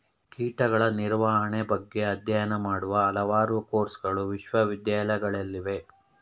ಕೀಟಗಳ ನಿರ್ವಹಣೆ ಬಗ್ಗೆ ಅಧ್ಯಯನ ಮಾಡುವ ಹಲವಾರು ಕೋರ್ಸಗಳು ವಿಶ್ವವಿದ್ಯಾಲಯಗಳಲ್ಲಿವೆ